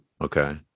Okay